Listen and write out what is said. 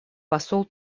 посол